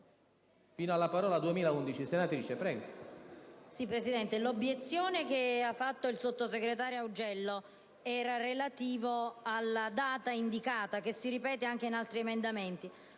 l'obiezione avanzata dal sottosegretario Augello era relativa alla data indicata, che si ripete anche in altri emendamenti.